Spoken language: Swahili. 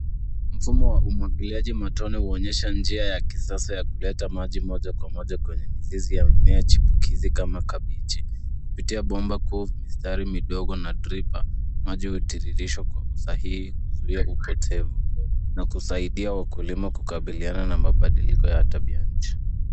Mfumo wa umwagiliaji matone huonyesha njia ya kisasa ya kuleta maji moja kwa moja kwenye mizizi ya mimea chipukizi kama kabichi. Kupitia bomba kuu, mistari midogo na dripu hutiririshwa kwa usahihi kuzuia upotevu na kusaidia wakulima kukabiliana na mabadiliko ya tabia nchi.